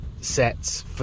sets